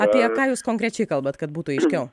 apie ką jūs konkrečiai kalbat kad būtų aiškiau